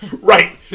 Right